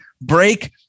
break